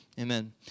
Amen